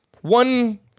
one